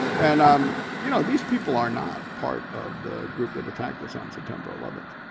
and um you know these people are not part of the group that attacked us on september eleventh.